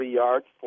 yards